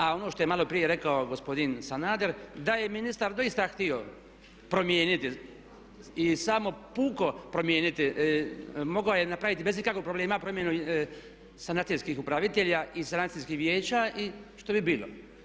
A ono što je maloprije rekao gospodin Sanader da je ministar doista htio promijeniti i samo puko promijeniti mogao je napraviti bez ikakvog problema promjenu sanacijskih upravitelja i sanacijskih vijeća, i što bi bilo?